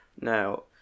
Now